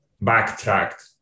backtracked